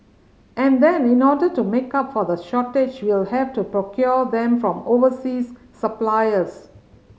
and then in order to make up for the shortage we'll have to procure them from overseas suppliers